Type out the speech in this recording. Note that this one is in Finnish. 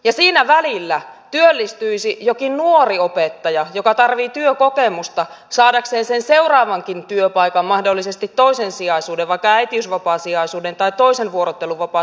ja siinä välillä työllistyisi joku nuori opettaja joka tarvitsee työkokemusta saadakseen sen seuraavankin työpaikan mahdollisesti toisen sijaisuuden vaikka äitiysvapaan sijaisuuden tai toisen vuorotteluvapaan sijaisuuden